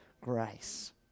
grace